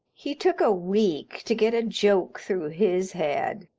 he took a week to get a joke through his head,